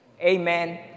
Amen